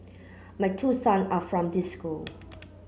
my two son are from this school